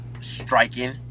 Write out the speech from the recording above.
striking